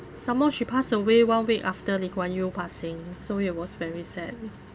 some more she pass away one week after lee kuan yew passing so it was very sad